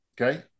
okay